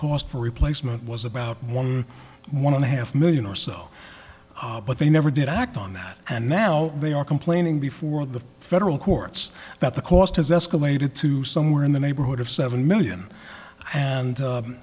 for replacement was about one one and a half million or so but they never did act on that and now they are complaining before the federal courts that the cost has escalated to somewhere in the neighborhood of seven million